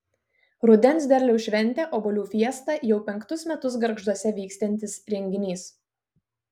rudens derliaus šventė obuolių fiesta jau penktus metus gargžduose vyksiantis renginys